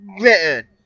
written